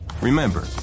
Remember